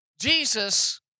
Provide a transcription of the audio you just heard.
Jesus